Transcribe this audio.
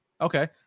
Okay